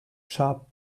sharp